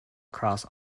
across